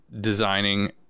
designing